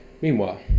Meanwhile